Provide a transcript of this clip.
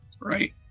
right